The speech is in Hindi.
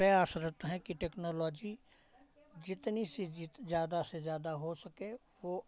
प्रयासरत हैं कि टेक्नोलॉजी जितनी से जित ज़्यादा से ज़्यादा हो सके वो